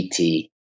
GT